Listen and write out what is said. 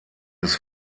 des